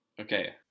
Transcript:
Okay